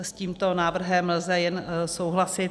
S tímto návrhem lze jen souhlasit.